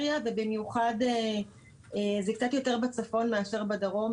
במיוחד בפריפריה ובמיוחד זה קצת יותר בצפון מאשר בדרום.